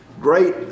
great